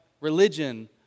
religion